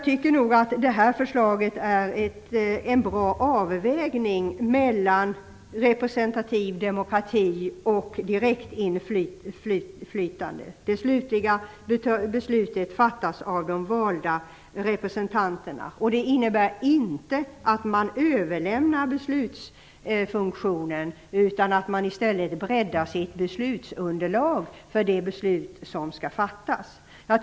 Det här förslaget är en bra avvägning mellan representativ demokrati och direktinflytande. Det slutgiltiga beslutet fattas av de valda representanterna. Detta innebär inte att beslutsfunktionen överlämnas. Det innebär att underlaget för det beslut som skall fattas breddas.